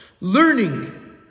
Learning